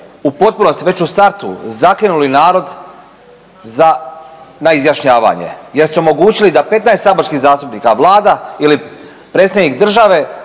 u potpunosti već u startu zakinuli narod za na izjašnjavanje jer ste omogućili da 15 saborskih zastupnika, Vlada ili predsjednik države